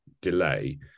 delay